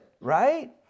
right